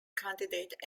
candidate